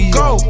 go